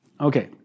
Okay